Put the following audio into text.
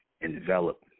envelop